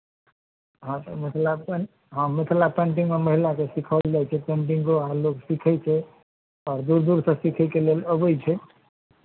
हँ तऽ मिथिला पेन् हँ मिथिला पेन्टिंगमे महिलाकेँ सिखाओल जाइ छै पेन्टिंगो लोक सीखै छै आओर दूर दूरसँ सीखयके लेल अबै छै